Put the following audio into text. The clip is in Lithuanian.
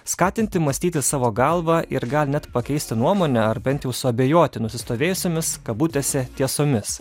skatinti mąstyti savo galva ir gal net pakeisti nuomonę ar bent jau suabejoti nusistovėjusiomis kabutėse tiesomis